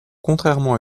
contrairement